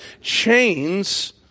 chains